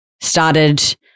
started